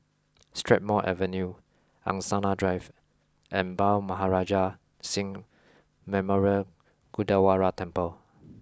Strathmore Avenue Angsana Drive and Bhai Maharaj Singh Memorial Gurdwara Temple